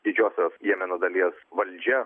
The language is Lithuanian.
didžiosios jemeno dalies valdžia